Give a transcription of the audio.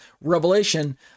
revelation